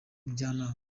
njyanama